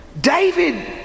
David